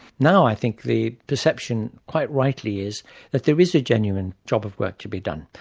now i think the perception, quite rightly, is that there is a genuine job of work to be done,